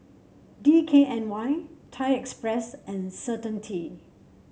D K N Y Thai Express and Certainty